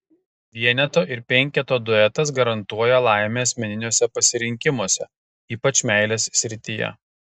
vieneto ir penketo duetas garantuoja laimę asmeniniuose pasirinkimuose ypač meilės srityje